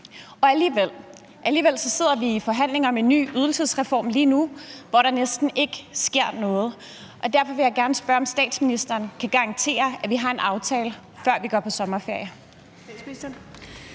sidder vi så lige nu i forhandlinger om en ny ydelsesreform, hvor der næsten ikke sker noget. Og derfor vil jeg gerne spørge, om statsminsteren kan garantere, at vi har en aftale, før vi går på sommerferie.